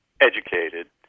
educated